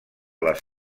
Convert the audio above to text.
les